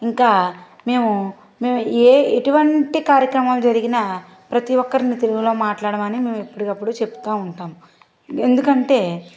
ఇంకా మేము ఏ ఎటువంటి కార్యక్రమం జరిగినా ప్రతి ఒక్కరినీ తెలుగులో మాట్లాడమని మేము ఎప్పటి కప్పుడు చెప్తూ ఉంటాం ఎందుకంటే